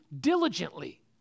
diligently